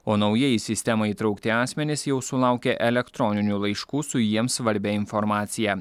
o naujai į sistemą įtraukti asmenys jau sulaukė elektroninių laiškų su jiems svarbia informacija